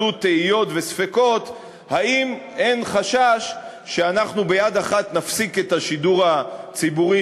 תהיות וספקות אם אין חשש שאנחנו ביד אחת נפסיק את השידור הציבורי,